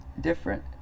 different